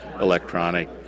electronic